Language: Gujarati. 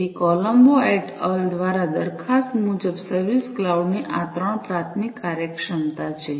તેથી કોલંબો એટ અલ દ્વારા દરખાસ્ત મુજબ સર્વિસ ક્લાઉડ ની આ 3 પ્રાથમિક કાર્યક્ષમતા છે